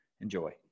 Enjoy